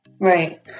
Right